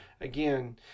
again